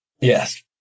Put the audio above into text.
yes